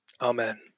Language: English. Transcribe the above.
Amen